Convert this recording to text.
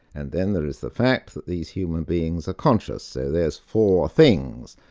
and then there is the fact that these human beings are conscious. so there's four things.